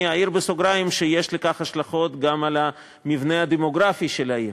אני אעיר בסוגריים שיש לכך השלכות גם על המבנה הדמוגרפי של העיר,